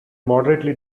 moderately